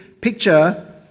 picture